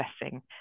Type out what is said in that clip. blessing